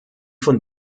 von